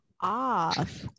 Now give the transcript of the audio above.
off